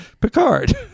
Picard